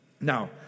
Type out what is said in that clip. Now